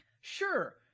Sure